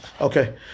Okay